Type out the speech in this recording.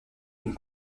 une